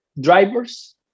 Drivers